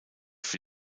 für